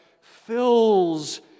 fills